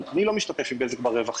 אני לא משתתף עם בזק ברווחים.